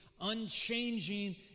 unchanging